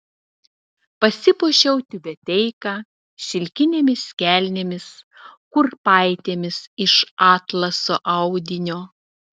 pasipuošiau tiubeteika šilkinėmis kelnėmis kurpaitėmis iš atlaso audinio